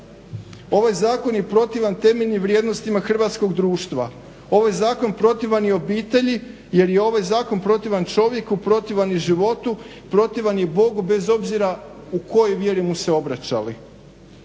Ovaj zakon je protivan temeljnim vrijednostima hrvatskog društva. Ovaj zakon protivan i obitelji jer je ovaj zakon protivan čovjeku, protivan i životu, protivan je i Bogu bez obzira u kojoj vjeri mu se obraćali.